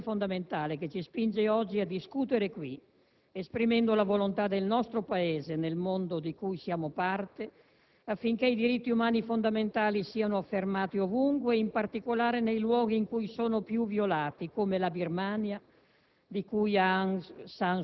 Questa è la ragione fondamentale che ci spinge oggi a discutere qui, esprimendo la volontà del nostro Paese nel mondo di cui siamo parte, affinché i diritti umani fondamentali siano affermati ovunque e in particolare nei luoghi in cui sono più violati come la Birmania,